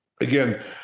Again